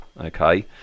Okay